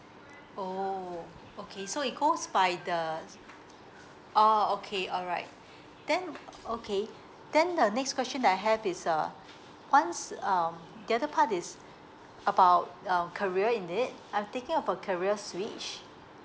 oh okay so it goes by the ah okay all right then okay then the next question I have is uh once um the other part is about um career in it I'm thinking of a career switch